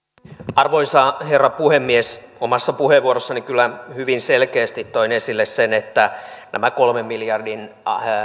arvoisa herra puhemies omassa puheenvuorossani kyllä hyvin selkeästi toin esille sen että nämä kolmen miljardin